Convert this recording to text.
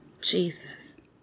Jesus